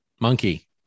Monkey